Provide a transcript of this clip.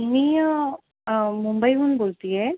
मी मुंबईहून बोलते आहे